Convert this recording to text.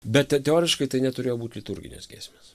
bet teoriškai tai neturėjo būt liturginės giesmės